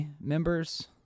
members